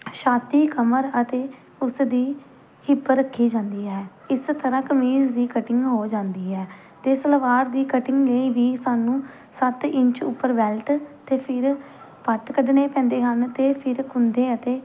ਛਾਤੀ ਕਮਰ ਅਤੇ ਉਸਦੀ ਹਿੱਪ ਰੱਖੀ ਜਾਂਦੀ ਹੈ ਇਸ ਤਰ੍ਹਾਂ ਕਮੀਜ਼ ਦੀ ਕਟਿੰਗ ਹੋ ਜਾਂਦੀ ਹੈ ਅਤੇ ਸਲਵਾਰ ਦੀ ਕਟਿੰਗ ਲਈ ਵੀ ਸਾਨੂੰ ਸੱਤ ਇੰਚ ਉੱਪਰ ਬੈਲਟ ਅਤੇ ਫਿਰ ਵੱਟ ਕੱਢਣੇ ਪੈਂਦੇ ਹਨ ਅਤੇ ਫਿਰ ਖੁੰਦੇ ਅਤੇ